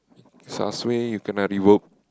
sia suay you kena rework